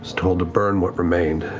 told to burn what remained,